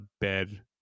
bed